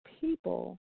people